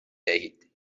دهید